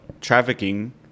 trafficking